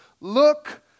Look